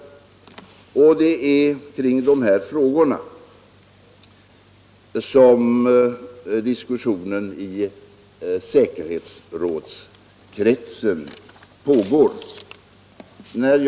Det är dessa frågor som diskussionen i säkerhetsrådskretsen rör sig om.